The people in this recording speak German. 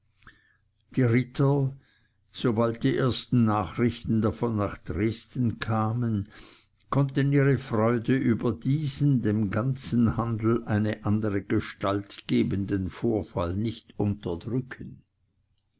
die ritter sobald die ersten nachrichten davon nach dresden kamen konnten ihre freude über diesen dem ganzen handel eine andere gestalt gebenden vorfall nicht unterdrücken